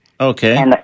Okay